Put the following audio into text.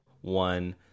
One